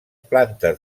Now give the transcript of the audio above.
plantes